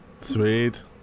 Sweet